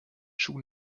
schuh